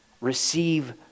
Receive